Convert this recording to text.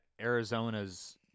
Arizona's